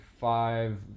five